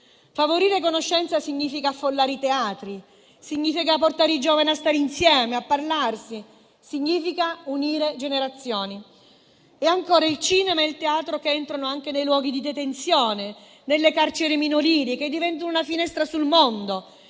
Favorire conoscenza significa affollare i teatri; significa portare i giovani a stare insieme e a parlarsi; significa unire generazioni. Ancora, il cinema e il teatro che entrano anche nei luoghi di detenzione e nelle carceri minorili, diventando una finestra sul mondo,